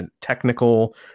technical